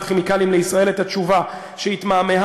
"כימיקלים לישראל" את התשובה שהתמהמהה,